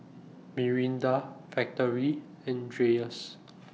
Mirinda Factorie and Dreyers